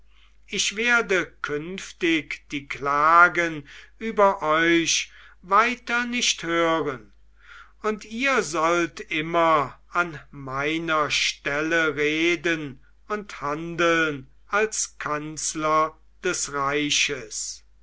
ich werde künftig die klagen über euch weiter nicht hören und ihr sollt immer an meiner stelle reden und handeln als kanzler des reiches